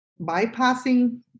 bypassing